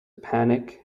panic